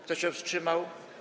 Kto się wstrzymał?